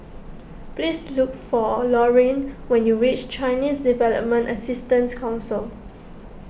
please look for Lorean when you reach Chinese Development Assistance Council